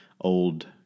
old